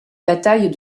bataille